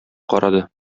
карады